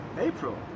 April